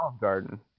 Garden